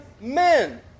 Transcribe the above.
men